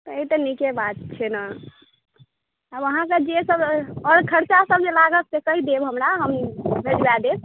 ई तऽ नीके बात छियै ने आब अहाँ सब जे सब और खर्चा सब जे लागत से कहि देब हमरा हम भेजबा देब